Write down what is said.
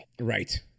Right